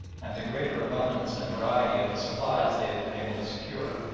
and the greater abundance and variety of the supplies they had been able to secure,